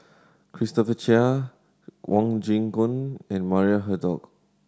Christopher Chia Wong Kin Jong and Maria Hertogh